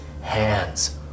hands